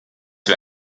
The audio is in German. wir